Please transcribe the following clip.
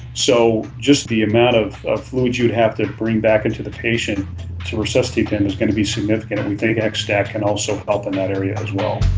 so just the amount of ah fluid you would have to bring back into the patient to resuscitate them is going to be significant, and we think xstat can also help in that area as well.